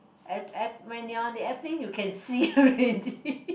air air when you're on the airplane you can see already